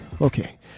Okay